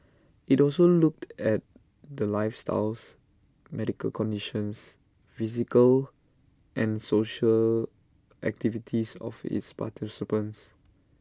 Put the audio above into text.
IT also looked at the lifestyles medical conditions physical and social activities of its participants